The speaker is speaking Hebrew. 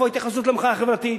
איפה ההתייחסות למחאה החברתית?